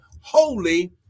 holy